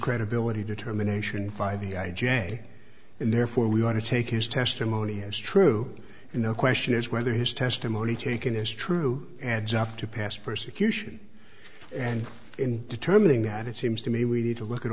credibility determination by the i j and therefore we want to take his testimony is true and the question is whether his testimony taken as true adds up to past persecution and in determining that it seems to me we need to look at